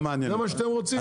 זה מה שאתם רוצים?